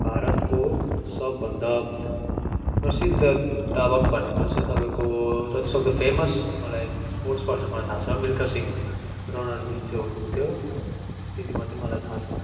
भारतको सबभन्दा प्रसिद्ध धावक भनेको चाहिँ तपाईँको जति सक्दो फेमस मलाई स्पोर्ट्स पर्सन मलाई थाहा छ मिल्खा सिंह र उहाँ जुन चाहिँ हुनुहुन्थ्यो त्यति मात्रै मलाई थाहा छ